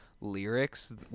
lyrics